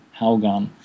Halgan